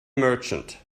merchant